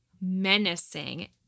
menacing